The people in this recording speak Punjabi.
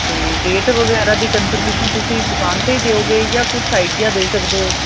ਅਤੇ ਰੇਟ ਵਗੈਰਾ ਦੀ ਕਨਫਰਮੇਸ਼ਨ ਤੁਸੀਂ ਦੁਕਾਨ 'ਤੇ ਦਿਓਗੇ ਜਾ ਕੁਛ ਆਈਡੀਆ ਦੇ ਸਕਦੇ ਹੋ